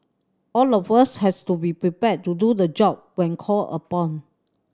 all of us has to be prepared to do the job when called upon